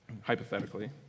hypothetically